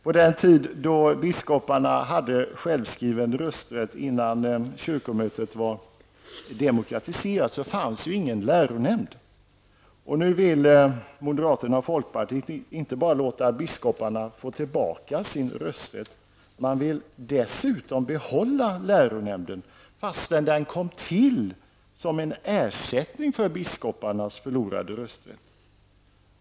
På den tid då biskoparna hade självskriven rösträtt, innan kyrkomötet var demokratiserat, fanns ingen läronämnd. Nu vill moderaterna och folkpartiet inte bara låta biskoparna få tillbaka sin rösträtt, utan man vill dessutom behålla läronämnden, fastän den kom till som en ersättning för biskoparnas förlorade rösträtt.